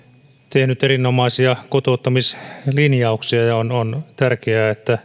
tehnyt erinomaisia kotouttamislinjauksia ja on on tärkeää että